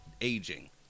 aging